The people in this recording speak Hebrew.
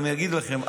אני גם אגיד לכם,